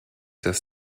dass